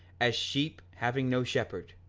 as sheep having no shepherd,